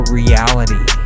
reality